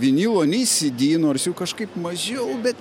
vinilų nei cd nors jų kažkaip mažiau bet